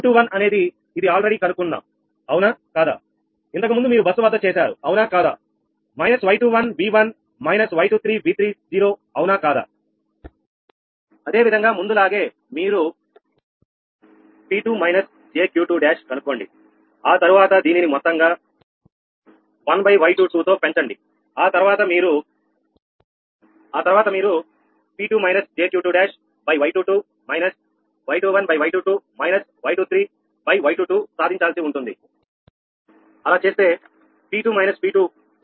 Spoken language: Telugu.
𝑄21 అనేది ఇది ఆల్రెడీ కనుక్కుందాం అవునా కాదా ఇంతకుముందు మీరు బస్సు వద్ద చేశారు అవునా కాదా −𝑌21𝑉1−𝑌23𝑉30 అవునా కాదా అదేవిధంగా ముందులాగే మీరు 𝑃2−𝑗𝑄21 కొనండి ఆ తర్వాత దీనిని మొత్తంగా 1 𝑌22 పెంచండి ఆ తర్వాత మీరు 𝑃2−𝑗𝑄21 𝑌2−𝑌21 𝑌22−𝑌23 𝑌2 సాధించాల్సి ఉంటుంది అలా చేస్తే P2 మైనస్ P2 వచ్చి −2